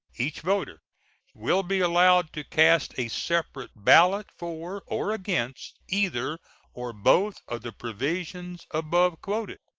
each voter will be allowed to cast a separate ballot for or against either or both of the provisions above quoted.